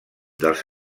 dels